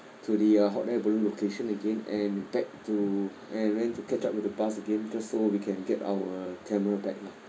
to the uh hot air balloon location again and back to and went to catch up with the bus again just so we can get our camera back lah